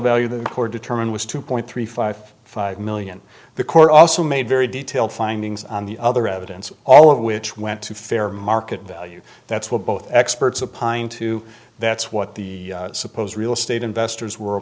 value the court determined was two point three five five million the court also made very detailed findings on the other evidence all of which went to fair market value that's what both experts of pintu that's what the suppose real estate investors were